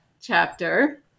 chapter